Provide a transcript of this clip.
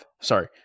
sorry